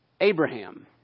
Abraham